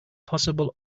possible